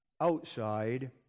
outside